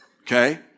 Okay